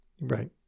Right